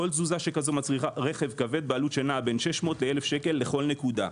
כל תזוזה כזאת מצריכה רכב כבד בעלות שנעה בין 600 1,000 שקל לכל נקודה.